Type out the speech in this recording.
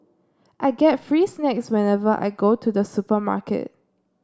I get free snacks whenever I go to the supermarket